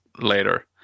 later